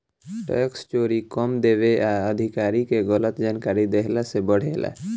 tax चोरी कम देवे आ अधिकारी के गलत जानकारी देहला से बढ़ेला